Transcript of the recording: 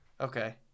Okay